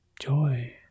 Joy